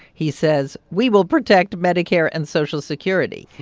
he says we will protect medicare and social security.